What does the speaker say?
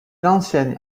enseigne